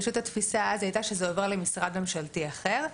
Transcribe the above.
פשוט התפיסה אז הייתה שזה עובר למשרד ממשלתי אחר,